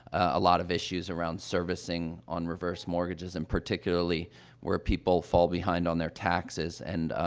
a lot of issues around servicing on reverse mortgages, and particularly where people fall behind on their taxes and, ah,